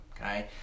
Okay